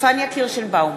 פניה קירשנבאום,